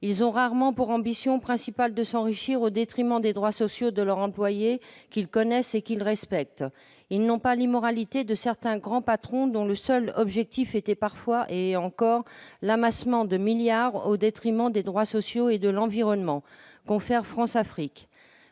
ont rarement pour ambition principale de s'enrichir au détriment des droits sociaux de leurs employés, qu'ils connaissent et respectent. Ils n'ont pas l'immoralité de certains grands patrons dont le seul objectif est parfois d'amasser des milliards au détriment des droits sociaux et de l'environnement. Songez à la Françafrique